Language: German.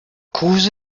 kruse